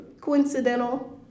coincidental